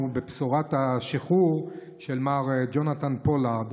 בבשורת השחרור של מר ג'ונתן פולארד